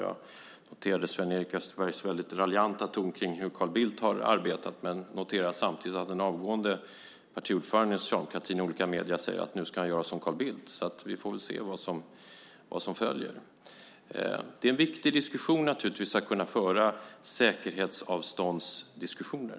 Jag noterade Sven-Erik Österbergs väldigt raljanta ton om hur Carl Bildt har arbetat men noterar samtidigt att den avgående partiordföranden inom socialdemokratin i olika medier säger att han nu ska göra som Carl Bildt. Vi får väl se vad som följer. Det är naturligtvis viktigt att kunna föra diskussionen om säkerhetsavstånd.